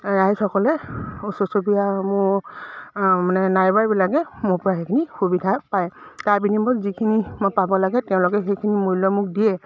ৰাইজসকলে ওচৰ চুবুৰীয়া মোৰ মানে নেইবাৰবিলাকে মোৰ পৰা সেইখিনি সুবিধা পায় তাৰ বিনিময়ত যিখিনি মই পাব লাগে তেওঁলোকে সেইখিনি মূল্য মোক দিয়ে